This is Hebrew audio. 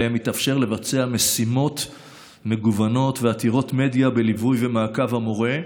ובהן מתאפשר לבצע משימות מגוונות ועתירות מדיה בליווי ובמעקב המורה,